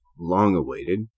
long-awaited